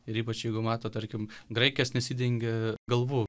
ir ypač jeigu mato tarkim graikės nesidengia galvų